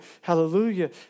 hallelujah